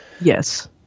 Yes